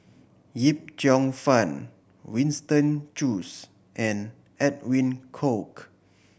Yip Cheong Fun Winston Choos and Edwin Koek